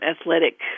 athletic